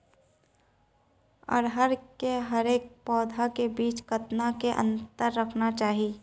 अरहर के हरेक पौधा के बीच कतना के अंतर रखना चाही?